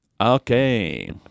Okay